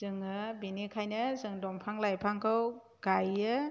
जोङो बेनिखायनो जों दंफां लाइफांखौ गायो